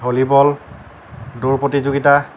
volleyball দৌৰ প্ৰতিযোগিতা